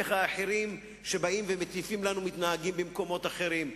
איך אחרים שמטיפים לנו מתנהגים במקומות אחרים.